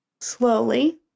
slowly